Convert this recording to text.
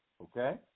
Okay